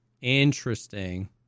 interesting